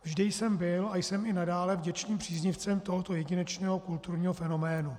Vždy jsem byl a jsem i nadále vděčným příznivcem tohoto jedinečného kulturního fenoménu.